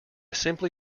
simply